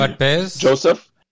Joseph